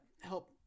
help